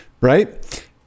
Right